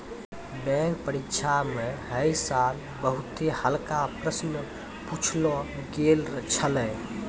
bank परीक्षा म है साल बहुते हल्का प्रश्न पुछलो गेल छलै